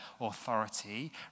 authority